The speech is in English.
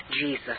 Jesus